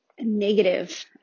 negative